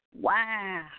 Wow